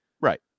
Right